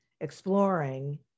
exploring